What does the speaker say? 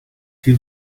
two